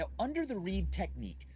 ah under the reid technique,